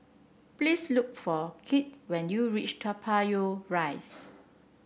please look for Kirt when you reach Toa Payoh Rise